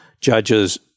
judges